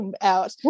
out